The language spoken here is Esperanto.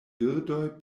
birdoj